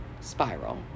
spiral